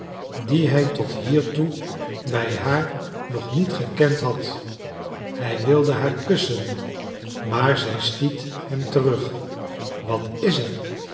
dien hij tot hiertoe bij haar nog niet gekend had hij wilde haar kussen maar zij stiet hem terug wat is er